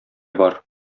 бар